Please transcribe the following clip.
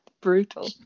Brutal